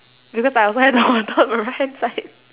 because I also have the water on my right hand side